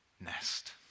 nest